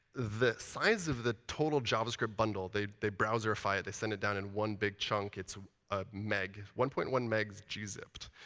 the size of the total javascript bundle, they they browserify it. they send it down in one big chunk. it's a meg, one point one megs gzipped.